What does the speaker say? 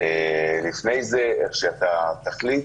לפני זה, איך שאתה תחליט.